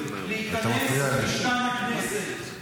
להיכנס למשכן הכנסת?